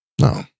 No